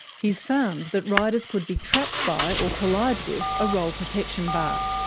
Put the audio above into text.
he's found that riders could be trapped by or collide with a roll protection bar.